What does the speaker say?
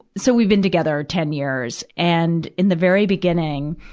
so we've been together ten years. and, in the very beginning,